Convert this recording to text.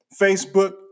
Facebook